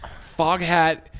Foghat